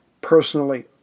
personally